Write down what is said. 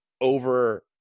over